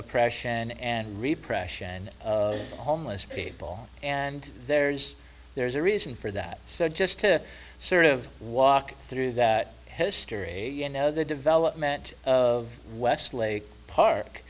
oppression and repression and homeless people and there's there's a reason for that so just to sort of walk through that history you know the development of westlake park